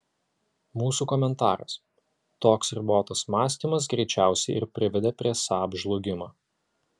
mūsų komentaras toks ribotas mąstymas greičiausiai ir privedė prie saab žlugimo